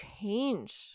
change